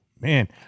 man